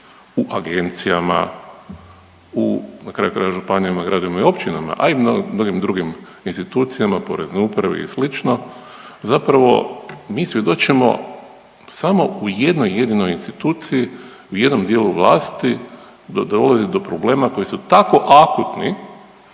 u agencijama, u, na kraju krajeva županijama, gradovima i općinama, a i mnogim drugim institucijama Poreznoj upravi i slično zapravo mi svjedočimo samo u jednoj jedinoj instituciji u jednom dijelu vlasti da dolazi do problema koji su tako akutni